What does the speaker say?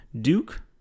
Duke